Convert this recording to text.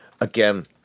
Again